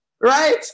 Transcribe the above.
right